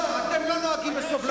לא, אתם לא נוהגים בסובלנות.